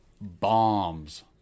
Bombs